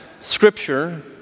Scripture